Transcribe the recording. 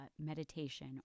meditation